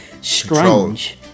strange